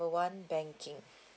call one banking